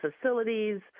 facilities